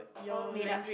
own made up